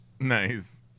Nice